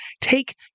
take